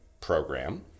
program